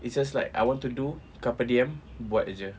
it's just like I want to do carpe diem buat saja